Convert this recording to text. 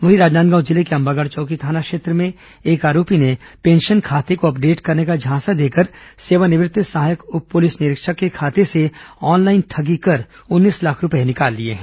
वहीं राजनांदगांव जिले के अंबागढ़ चौकी थाना क्षेत्र में एक आरोपी ने पेंशन खाते को अपडेट करने का झांसा देकर सेवानिवृत्त सहायक उप पुलिस निरीक्षक के खाते से ऑनलाइन ठगी कर उन्नीस लाख रूपये निकाल लिए हैं